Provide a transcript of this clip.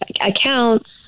accounts